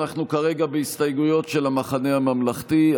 אנחנו כרגע בהסתייגויות של המחנה הממלכתי.